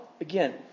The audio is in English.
again